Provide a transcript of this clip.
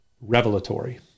revelatory